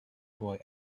boy